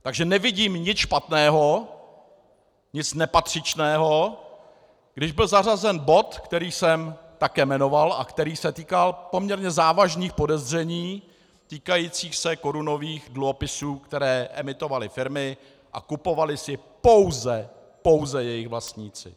Takže nevidím nic špatného, nic nepatřičného, když byl zařazen bod, který jsem také jmenoval a který se týkal poměrně závažných podezření týkající se korunových dluhopisů, které emitovaly firmy a kupovali si pouze jejich vlastníci.